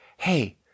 Hey